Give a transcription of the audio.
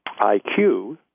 IQ